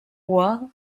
ohr